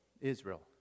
Israel